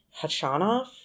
Hachanov